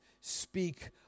speak